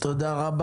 תודה.